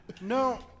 No